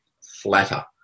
flatter